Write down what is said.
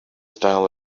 style